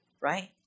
right